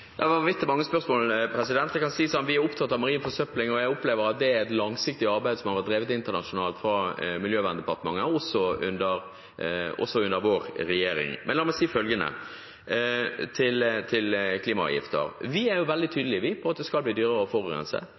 Jeg kan si at vi er opptatt av marin forsøpling, og jeg opplever at det er et langsiktig arbeid som har vært drevet internasjonalt fra Klima- og miljødepartementet, også under vår regjering. La meg si følgende om klimaavgifter: Vi er veldig tydelige på at det skal bli dyrere å forurense.